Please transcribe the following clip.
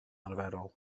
arferol